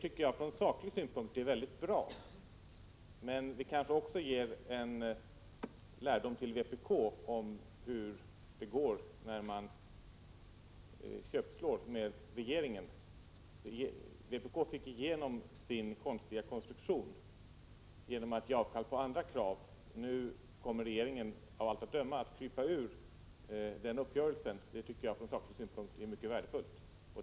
Från saklig synpunkt är det väldigt bra. Men kanske blir detta en lärdom för vpk som nu ser hur det går när man köpslår med regeringen. Vpk fick sin vilja igenom beträffande denna märkliga konstruktion genom att ge avkall på andra krav. Men nu kommer regeringen av allt att döma att så att säga krypa ur uppgörelsen. Det är ur saklig synpunkt mycket värdefullt.